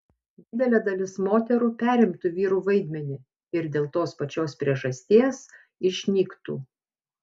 didelė dalis moterų perimtų vyrų vaidmenį ir dėl tos pačios priežasties išnyktų